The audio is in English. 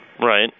Right